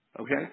Okay